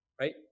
right